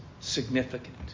significant